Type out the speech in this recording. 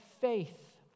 faith